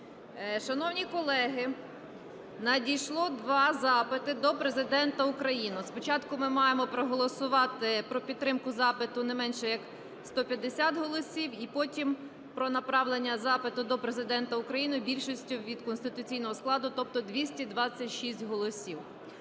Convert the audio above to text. Шановні колеги, надійшло два запити до Президента України. Спочатку ми маємо проголосувати про підтримку запиту не менше як 150 голосів, і потім про направлення запиту до Президента України більшістю від конституційного складу, тобто 226 голосів.